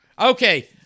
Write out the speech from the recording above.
Okay